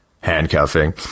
handcuffing